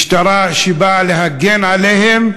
משטרה שבאה להגן עליהם,